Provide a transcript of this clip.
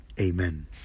Amen